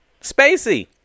Spacey